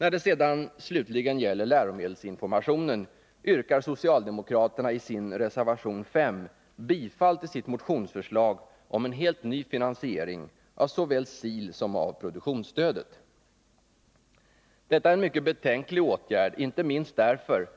När det sedan slutligen gäller läromedelsinformationen yrkar socialdemokraterna i sin reservation 5 bifall till sitt motionsförslag om en helt ny finansiering såväl av SIL som av produktionsstödet. Detta är en mycket betänklig åtgärd, inte minst därför